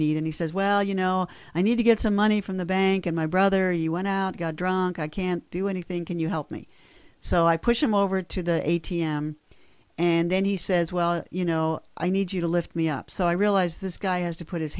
need and he says well you know i need to get some money from the bank and my brother you went out got drunk i can't do anything can you help me so i push him over to the a t m and then he says well you know i need you to lift me up so i realize this guy has to put his